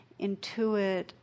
intuit